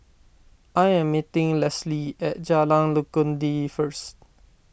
I am meeting Lesley at Jalan Legundi first